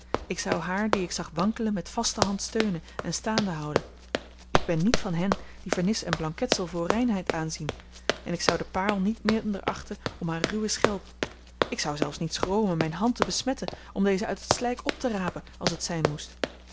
ik zou haar die ik zag wankelen met vaste hand steunen en staande houden ik ben niet van hen die vernis en blanketsel voor reinheid aanzien en ik zou de paarl niet minder achten om haar ruwe schelp ik zou zelfs niet schromen mijne hand te besmetten om deze uit het slijk op te rapen als het zijn moest